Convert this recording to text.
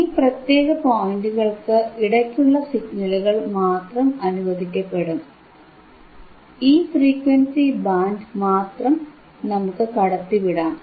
ഈ പ്രത്യേക പോയിന്റുകൾക്ക് ഇടയ്ക്കുള്ള സിഗ്നലുകൾ മാത്രം അനുവദിക്കപ്പെടും ഈ ഫ്രീക്വൻസി ബാൻഡ് മാത്രം നമുക്ക് കടത്തിവിടാം